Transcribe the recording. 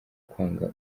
kwanga